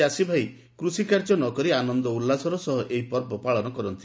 ଚାଷୀଭାଇ କୃଷିକାର୍ଯ୍ୟ ନ କରି ଆନନ୍ଦ ଉଲ୍ଲାସର ସହ ଏହି ପର୍ବ ପାଳନ କରନ୍ତି